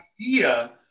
idea